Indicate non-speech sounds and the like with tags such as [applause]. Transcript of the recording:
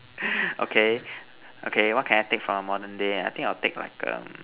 [noise] okay okay what can I take from modern day ah I think I will take like um